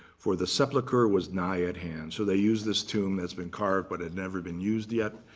for the sepulcher was nigh at hand. so they use this tomb that's been carved, but had never been used yet.